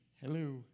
Hello